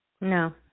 No